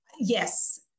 Yes